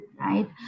right